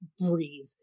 breathe